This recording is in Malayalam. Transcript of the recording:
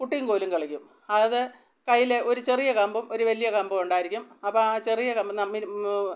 കുട്ടിയും കോലും കളിക്കും അത് കയ്യിൽ ഒരു ചെറിയ കമ്പും ഒരു വലിയ കമ്പുമുണ്ടായിരിക്കും അപ്പം ആ ചെറിയ കമ്പിൽനിന്ന്